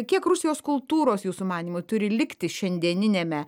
kiek rusijos kultūros jūsų manymu turi likti šiandieniniame